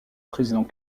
président